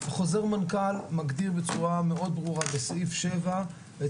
חוזר מנכ"ל מגדיר בצורה מאוד ברורה בסעיף 7 את